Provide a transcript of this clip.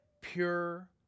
pure